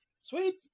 Sweet